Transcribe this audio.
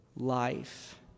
life